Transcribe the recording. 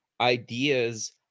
ideas